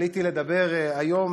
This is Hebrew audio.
עליתי לדבר היום,